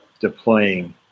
deploying